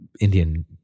Indian